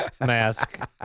mask